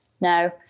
No